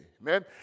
Amen